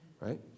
right